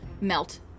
melt